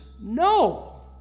no